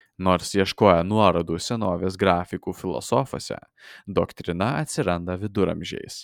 nors ieškojo nuorodų senovės graikų filosofuose doktrina atsiranda viduramžiais